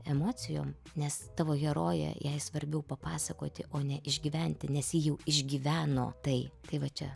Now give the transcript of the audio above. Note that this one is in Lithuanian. emocijom nes tavo herojė jai svarbiau papasakoti o ne išgyventi nes ji jau išgyveno tai tai va čia